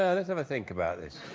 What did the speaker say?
ah let's um think about this